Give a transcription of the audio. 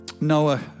Noah